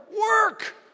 work